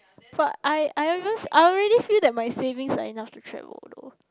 but I I haven't I already feel that my savings are enough to travel though